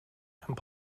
and